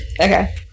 Okay